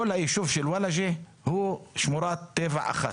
כל היישוב של וולאג'ה הוא שמורת טבע אחת,